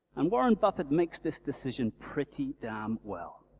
and warren buffett makes this decision pretty damn well